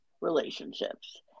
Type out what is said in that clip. relationships